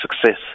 success